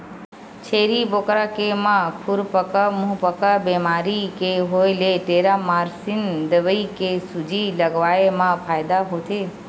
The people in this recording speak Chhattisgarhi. छेरी बोकरा के म खुरपका मुंहपका बेमारी के होय ले टेरामारसिन दवई के सूजी लगवाए मा फायदा होथे